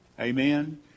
Amen